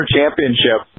Championship